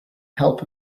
help